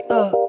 up